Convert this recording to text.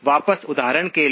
वापस उदाहरण के लिए